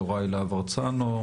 יוראי להב הרצנו,